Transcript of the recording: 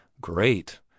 Great